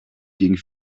gegen